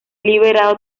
liberado